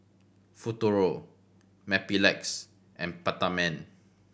Futuro Mepilex and Peptamen